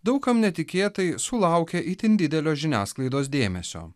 daug kam netikėtai sulaukė itin didelio žiniasklaidos dėmesio